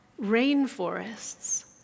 rainforests